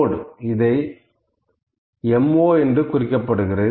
இது Mo என்று குறிக்கப்படுகிறது